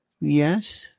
Yes